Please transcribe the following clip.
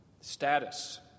status